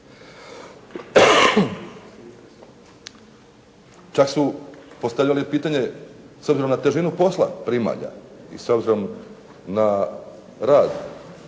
Čak su postavljali pitanje s obzirom na težinu posla primalja i s obzirom na rad